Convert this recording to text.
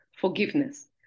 forgiveness